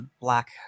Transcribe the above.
black